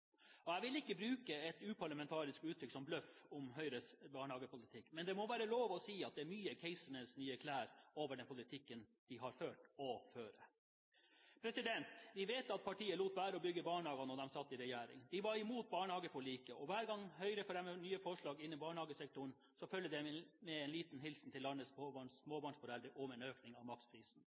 regjering. Jeg vil ikke bruke et uparlamentarisk uttrykk som «bløff» om Høyres barnehagepolitikk, men det må være lov å si at det er mye at «keiserens nye klær» over den politikken de har ført – og fører. Vi vet at partiet lot være å bygge barnehager da de satt i regjering, de var imot barnehageforliket, og hver gang Høyre fremmer nye forslag innen barnehagesektoren, følger det med en liten hilsen til landets småbarnsforeldre om en økning av maksprisen.